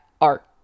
art